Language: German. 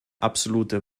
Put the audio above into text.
absolute